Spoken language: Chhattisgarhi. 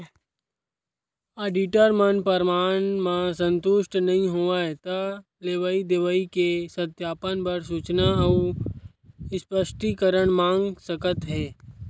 आडिटर मन परमान म संतुस्ट नइ होवय त लेवई देवई के सत्यापन बर सूचना अउ स्पस्टीकरन मांग सकत हे